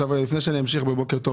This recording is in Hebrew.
עכשיו לפני שאני אמשיך - אלכס בוקר טוב